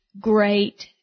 great